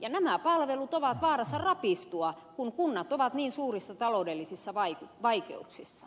nämä palvelut ovat vaarassa rapistua kun kunnat ovat niin suurissa taloudellisissa vaikeuksissa